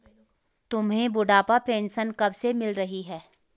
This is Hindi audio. तुम्हें बुढ़ापा पेंशन कब से मिल रही है?